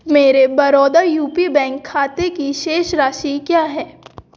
मेरे Baroda U P bank खाते की शेष राशि क्या है